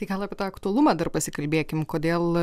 tai gal apie tą aktualumą dar pasikalbėkim kodėl